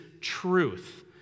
truth